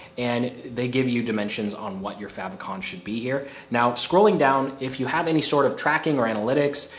and they give you dimensions on what your favicon should be here. now, scrolling down if you have any sort of tracking or analytics,